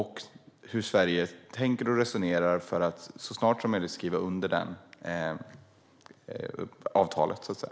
Hur tänker och resonerar Sverige för att man så snart som möjligt ska skriva under det avtalet, så att säga?